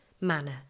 manner